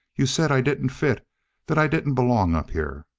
you said i didn't fit that i didn't belong up here.